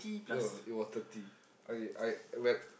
oh it was thirty I I when